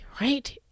right